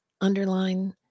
underline